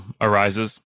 arises